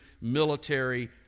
military